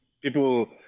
people